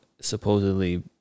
supposedly